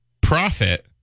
profit